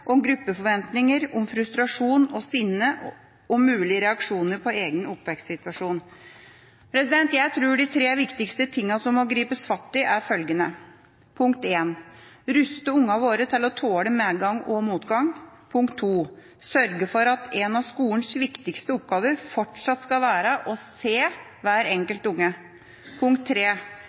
gruppeforventninger, frustrasjon, sinne og mulige reaksjoner på egen oppvekstsituasjon. Jeg tror de tre viktigste tingene som må gripes fatt i, er følgende: ruste ungene våre til å tåle medgang og motgang sørge for at en av skolens viktigste oppgaver fortsatt skal være å se hver enkelt unge